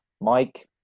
mike